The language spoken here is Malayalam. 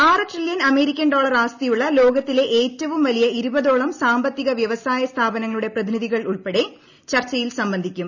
ആറ് ട്രില്യൺ അമേരിക്കൻ ഡോളർ ് ആസ്തിയുള്ള ലോകത്തിലെ ഏറ്റവും വലിയ് ഇരുപതോളം സാമ്പത്തിക വൃവസായ സ്ഥാപനങ്ങളുടെ പ്രതിനിധികൾ ഉൾപ്പടെ ചർച്ചയിൽ സംബന്ധിക്കും